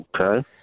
Okay